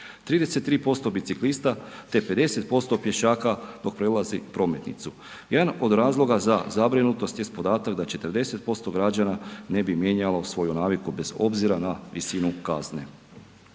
33% biciklista te 50% pješaka dok prelazi prometnicu. Jedan od razloga za zabrinutost jest podatak da 40% građana ne bi mijenjalo svoju naviku bez obzira na visinu kazne.